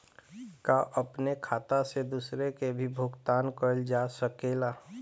का अपने खाता से दूसरे के भी भुगतान कइल जा सके ला?